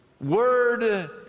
word